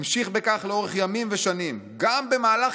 המשיך בכך לאורך ימים ושנים גם במהלך